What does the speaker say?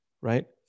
right